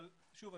שוב,